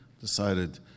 Decided